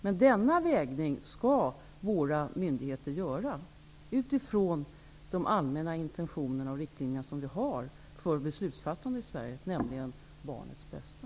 Men denna vägning skall våra myndigheter göra utifrån de allmänna intentioner och riktlinjer som vi har för beslutsfattande i Sverige, nämligen barnets bästa.